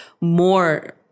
more